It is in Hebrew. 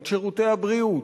את שירותי הבריאות.